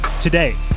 Today